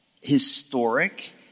historic